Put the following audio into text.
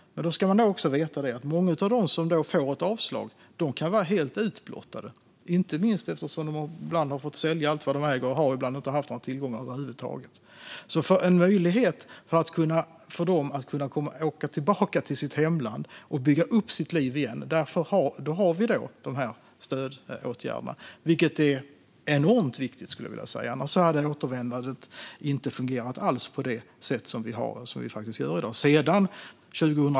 Många av dem som får avslag kan vara helt utblottade, inte minst eftersom de ibland har fått sälja allt de äger och har och ibland inte har haft några tillgångar över huvud taget. Som en möjlighet för dem att åka tillbaka till sitt hemland och bygga upp sitt liv igen har vi dessa stödåtgärder, som jag skulle vilja säga är enormt viktiga - annars hade återvändandet inte alls fungerat på det sätt som det faktiskt gör i dag.